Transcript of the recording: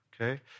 okay